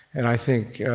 and i think